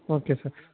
okay sir